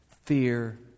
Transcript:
fear